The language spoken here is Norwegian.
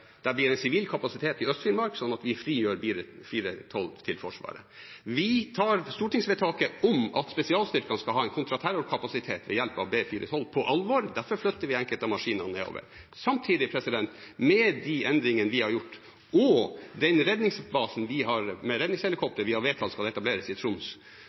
blir en sivil kapasitet i Øst-Finnmark, slik at vi kan frigjøre Bell 412 til Forsvaret. Vi tar stortingsvedtaket om at spesialstyrkene skal ha en kontraterrorkapasitet ved hjelp av Bell 412, på alvor. Derfor flytter vi enkelte av maskinene nedover. Samtidig: Med de endringene vi har gjort og den redningsbasen med redningshelikopter vi har vedtatt skal etableres i Troms,